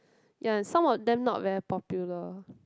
ya and some of them not very popular